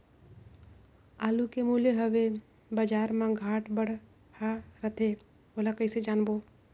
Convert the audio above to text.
आलू के मूल्य हवे बजार मा घाट बढ़ा रथे ओला कइसे जानबो?